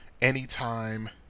anytime